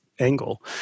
Angle